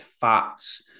fats